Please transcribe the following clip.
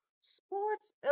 Sports